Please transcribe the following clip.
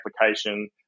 application